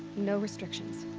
no restrictions?